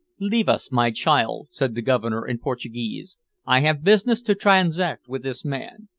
leave us, my child, said the governor, in portuguese i have business to transact with this man.